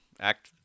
Act